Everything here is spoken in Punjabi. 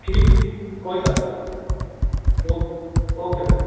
ਠੀਕ ਜੀ ਕੋਈ ਗੱਲ ਨਹੀਂ ਓਕ ਓਕੇ ਬਾਏ ਜੀ